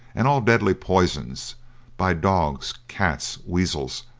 and all deadly poisons by dogs, cats, weasels,